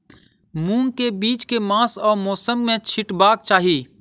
मूंग केँ बीज केँ मास आ मौसम मे छिटबाक चाहि?